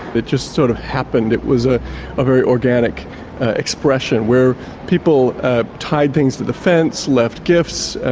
it just sort of happened. it was a ah very organic expression, where people tied things to the fence, left gifts,